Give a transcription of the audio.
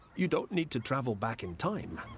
you don't need to travei back in time.